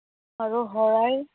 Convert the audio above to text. আৰু শৰাই